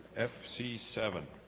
f c seven